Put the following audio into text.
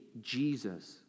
Jesus